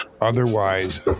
Otherwise